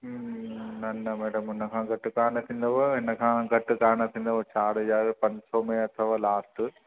न न मैडम हिनखां घटि कोन्ह थींदव हिनखां घटि कोन्ह थींदव चारि हज़ार पंज सौ में अथव लास्ट